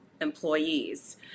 employees